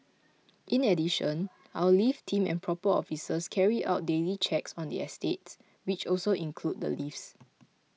in addition our lift team and proper officers carry out daily checks on the estates which also include the lifts